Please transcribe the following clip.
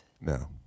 No